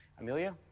Amelia